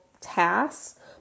tasks